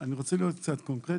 אני רוצה להיות קצת קונקרטי.